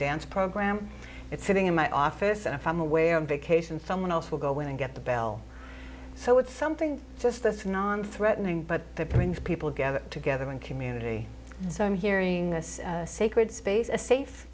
dance program it's sitting in my office and if i'm away on vacation someone else will go and get the bell so it's something just as non threatening but that brings people together together in community so i'm hearing this sacred space a safe